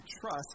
trust